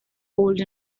old